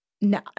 No